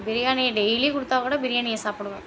பிரியாணி டெய்லியும் கொடுத்தா கூட பிரியாணியை சாப்பிடுவேன்